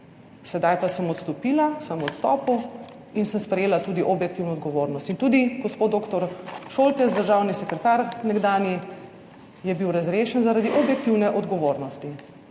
Sedaj pa sem odstopila, sem v odstopu in sem sprejela tudi objektivno odgovornost. In tudi gospod dr. Šoltes, državni sekretar nekdanji, je bil razrešen zaradi objektivne odgovornosti.